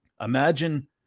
imagine